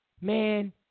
Man